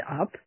up